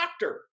doctor